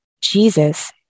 Jesus